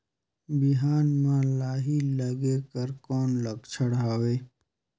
बिहान म लाही लगेक कर कौन लक्षण हवे?